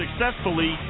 successfully